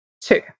two